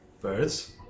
Birds